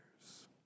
years